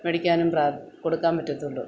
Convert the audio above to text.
മേടിക്കാനും പ്രാ കൊടുക്കാന് പറ്റത്തുള്ളൂ